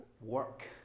work